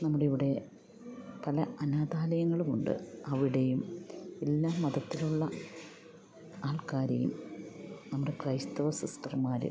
നമ്മുടെ ഇവിടെ പല അനാഥാലയങ്ങളുമുണ്ട് അവിടെയും എല്ലാ മതത്തിലുള്ള ആൾക്കാരെയും നമ്മുടെ ക്രൈസ്തവ സിസ്റ്റർമാർ